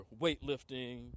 weightlifting